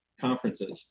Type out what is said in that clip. conferences